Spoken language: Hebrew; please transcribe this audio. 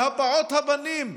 מהבעות הפנים.